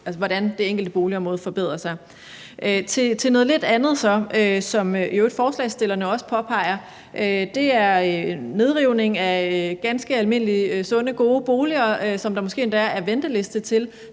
hvordan det enkelte boligområde forbedrer sig. Så vil jeg bevæge mig over til noget lidt andet, som forslagsstillerne i øvrigt også påpeger, og det er angående nedrivning af ganske almindelige, sunde, gode boliger, som der måske endda er venteliste til.